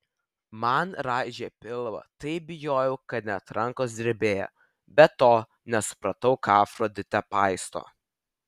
man raižė pilvą taip bijojau kad net rankos drebėjo be to nesupratau ką afroditė paisto